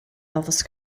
elvis